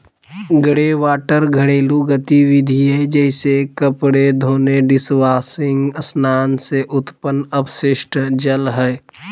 greywater घरेलू गतिविधिय जैसे कपड़े धोने, डिशवाशिंग स्नान से उत्पन्न अपशिष्ट जल हइ